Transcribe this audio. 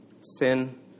Sin